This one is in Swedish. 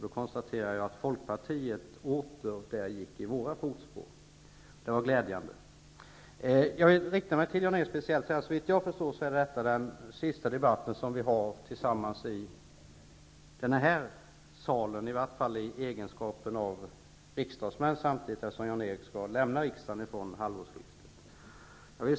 Då gick Folkpartiet åter i våra fotspår. Det var glädjande. Jag vill speciellt rikta mig till Jan-Erik Wikström och säga, att såvitt jag förstår är detta den sista debatten som vi har tillsammans i den här salen, i varje fall i egenskap av riksdagsmän, eftersom Jan Erik Wikström skall lämna riksdagen från halvårsskiftet.